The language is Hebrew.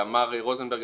מר רוזנברג,